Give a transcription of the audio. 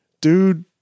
Dude